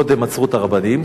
קודם עצרו את הרבנים,